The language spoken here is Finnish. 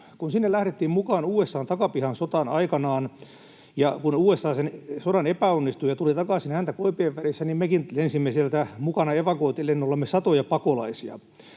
Kun lähdettiin mukaan sinne USA:n takapihan sotaan aikanaan ja kun USA siinä sodassa epäonnistui ja tuli takaisin häntä koipien välissä, niin mekin lensimme sieltä evakuointilennoillamme mukanamme satoja pakolaisia.